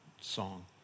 song